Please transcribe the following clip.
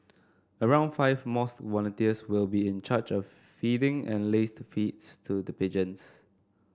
around five mosque volunteers will be in charge of feeding and laced feeds to the pigeons